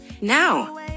Now